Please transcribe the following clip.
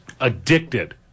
Addicted